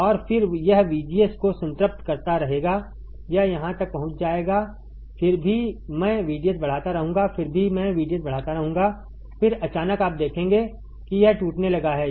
और फिर यह VGS को संतृप्त करता रहेगा यह यहाँ तक पहुँच जाएगा फिर भी मैं VDS बढ़ाता रहूँगा फिर भी मैं VDS बढ़ाता रहूँगा फिर अचानक आप देखेंगे कि यह टूटने लगा है